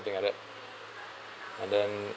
something like that and then